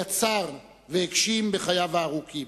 יצר והגשים בחייו הארוכים.